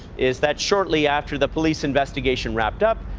is that shortly after the police investigation wrapped up,